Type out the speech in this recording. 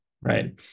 right